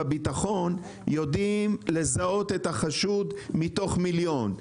בביטחון יודעים לזהות את החשוד מתוך מיליון.